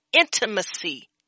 intimacy